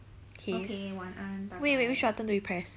K wait wait which button do we press